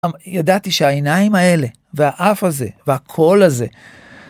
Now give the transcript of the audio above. ידעתי שהעיניים האלה, והאף הזה, והקול הזה.